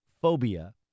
phobia